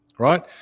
Right